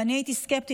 ואני הייתי סקפטית.